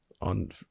on